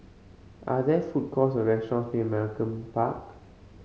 are there food courts or restaurants near Malcolm Park